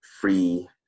free